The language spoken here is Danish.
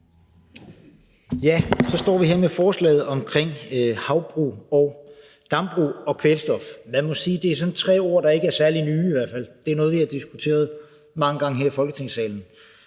Så står vi her med forslaget om havbrug og dambrug og kvælstof. Lad mig sige, at det er tre ord, der i hvert fald ikke er særlig nye. Det er noget, vi har diskuteret mange gange her i Folketingssalen.